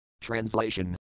Translation